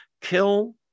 kill